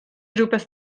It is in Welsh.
rywbeth